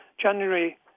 January